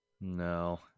No